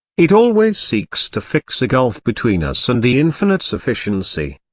it always seeks to fix a gulf between us and the infinite sufficiency.